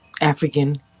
African